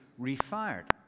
refired